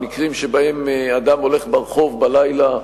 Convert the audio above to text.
המקרים שבהם אדם הולך ברחוב בלילה,